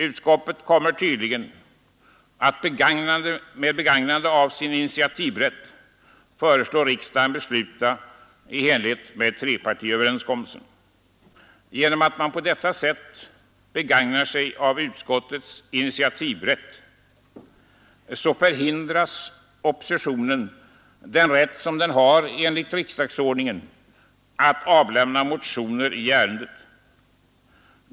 Utskottet kommer tydligen att med begagnande av sin initiativrätt föreslå riksdagen att besluta i enlighet med trepartiöverenskommelsen. Genom att man på detta sätt begagnar sig av utskottets initiativrätt hindras oppositionen från att använda sig av den rätt som den enligt riksdagsordningen har att avlämna motioner i ärendet.